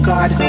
God